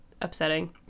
upsetting